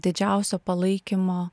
didžiausio palaikymo